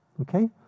Okay